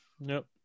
Nope